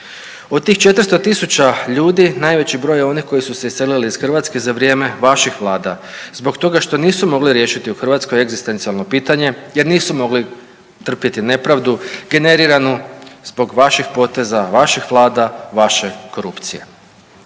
Od tih 400.000 ljudi najveći je broj onih koji su se iselili iz Hrvatske za vrijeme vaših vlada zbog toga što nisu mogli riješiti u Hrvatskoj egzistencijalno pitanje jer nisu mogli trpjeti nepravdu generiranu zbog vaših poteza, vaših vlada, vaše korupcije.